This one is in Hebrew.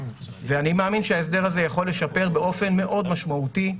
אני מאמין שההסדר הזה יכול לשפר באופן מאוד משמעותי,